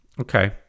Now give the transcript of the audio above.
okay